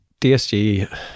DSG